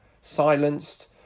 silenced